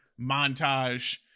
montage